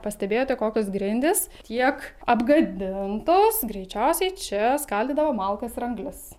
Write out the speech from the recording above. pastebėjote kokios grindys tiek apgadintos greičiausiai čia skaldydavo malkas ir anglis